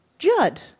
Judd